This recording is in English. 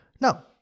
now